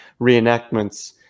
reenactments